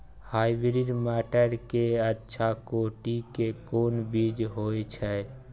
Hybrid मटर के अच्छा कोटि के कोन बीज होय छै?